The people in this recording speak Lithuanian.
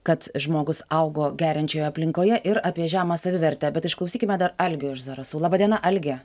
kad žmogus augo geriančioje aplinkoje ir apie žemą savivertę bet išklausykime dar algio iš zarasų laba diena algi